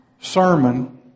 sermon